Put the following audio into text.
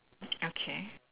okay